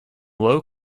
low